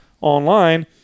online